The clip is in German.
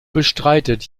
bestreitet